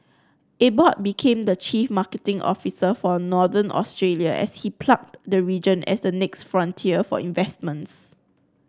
Abbott became the chief marketing officer for Northern Australia as he plugged the region as the next frontier for investments